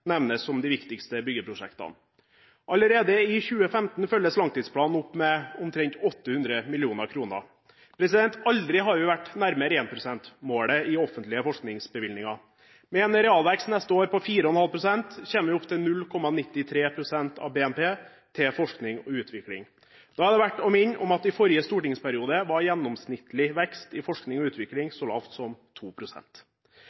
nevnes som de viktigste byggeprosjektene. Allerede i 2015 følges langtidsplanen opp med omtrent 800 mill. kr. Aldri har vi vært nærmere 1 pst.-målet i offentlige forskningsbevilgninger. Med en realvekst neste år på 4,5 pst. kommer vi opp til 0,93 pst. av BNP til forskning og utvikling. Da er det verdt å minne om at i forrige stortingsperiode var gjennomsnittlig vekst i forskning og